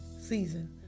season